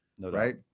Right